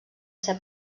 ser